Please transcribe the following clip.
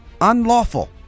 unlawful